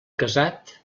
casat